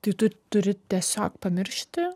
tai tu turi tiesiog pamiršti